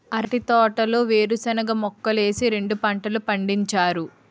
అంటి తోటలో వేరుశనగ మొక్కలేసి రెండు పంటలు పండించారు